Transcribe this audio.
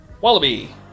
Wallaby